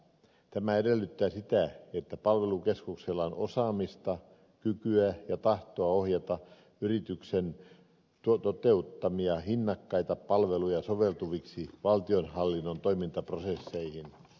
tämä edellyttää sitä että palvelukeskuksella on osaamista kykyä ja tahtoa ohjata yrityksen toteuttamia hinnakkaita palveluja soveltuviksi valtionhallinnon toimintaprosesseihin